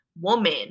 woman